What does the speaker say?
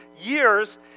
years